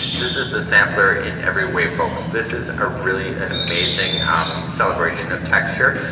this is a sampler in every way folks. this is a really an amazing um, celebration of texture.